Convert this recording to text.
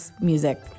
music